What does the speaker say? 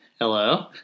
Hello